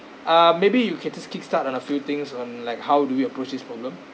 uh maybe you can just kick start on a few things on like how do we approach this problem